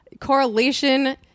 correlation